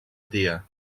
tia